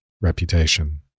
reputation